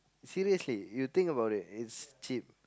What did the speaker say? seriously you think about it it's cheap